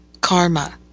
karma